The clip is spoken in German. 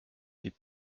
wie